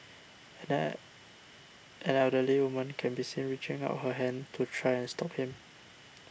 an el elderly woman can be seen reaching out her hand to try and stop him